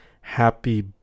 happy